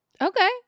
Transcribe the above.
Okay